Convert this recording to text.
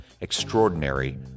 Extraordinary